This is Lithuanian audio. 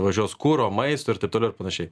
važiuos kuro maisto ir taip toliau ir panašiai